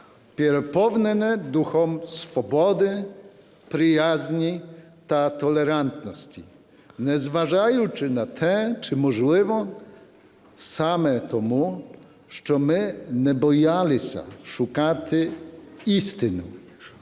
переповнене духом свободи, приязні та толерантності. Незважаючи на те, чи можливо саме тому, що ми не боялися шукати істину,